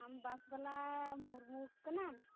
ᱟᱢ ᱵᱟᱥ ᱵᱟᱞᱟ ᱢᱩᱨᱢᱩ ᱠᱟᱱᱟᱢ